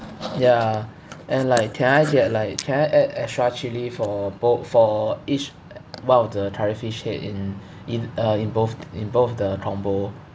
ya and like can I get like can I add extra chilli for both for each one of the curry fish head in in uh in both in both the combo